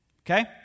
Okay